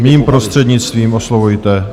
Mým prostřednictvím oslovujte.